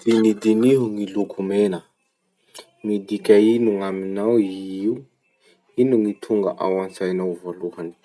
Dinidiniho gny loko mena. Midika ino gn'aminao io? Ino gny tonga antsainao voalohany?